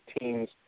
teams